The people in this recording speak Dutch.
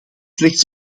slechts